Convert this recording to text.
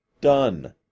Done